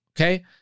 Okay